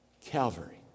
Calvary